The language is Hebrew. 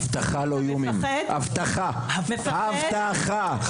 הבטחה לא איומים, הבטחה, הבטחה!!!! מפחד?